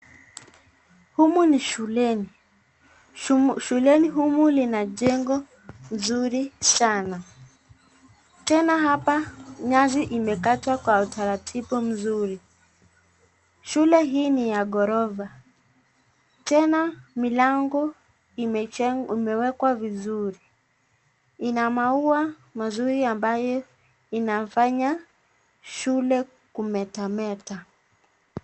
Humu ni shuleni . Shuleni humu mnajegwa vizuri sana . Tena hapa nyasi imekatwa kwa utaratibu mzuri. Shule hii ni ya gorofa. Tena mlango imejegwa... Imewekwa vizuri. Ina maua mazuri ambaye inafanya shule kumetameta.